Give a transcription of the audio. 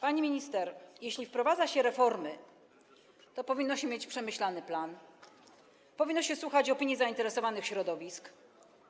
Pani minister, jeśli wprowadza się reformy, to powinno się mieć przemyślany plan, powinno się słuchać opinii zainteresowanych środowisk,